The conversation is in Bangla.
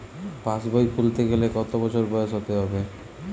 পাশবই খুলতে গেলে কত বছর বয়স হতে হবে?